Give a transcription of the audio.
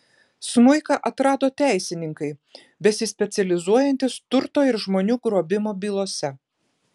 smuiką atrado teisininkai besispecializuojantys turto ir žmonių grobimo bylose